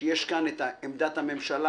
שיש כאן את עמדת הממשלה,